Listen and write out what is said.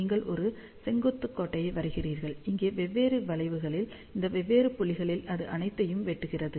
நீங்கள் ஒரு செங்குத்து கோட்டை வரைகிறீர்கள் இங்கே வெவ்வேறு வளைவுகளில் இந்த வெவ்வேறு புள்ளிகளில் அது அனைத்தையும் வெட்டுகிறது